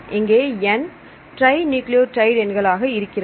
இங்கே N trinucleotide எண்களாக இருக்கிறது